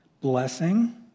blessing